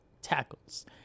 tackles